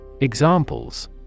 Examples